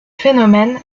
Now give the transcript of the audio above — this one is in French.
phénomène